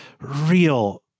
real